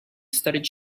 studded